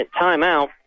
timeout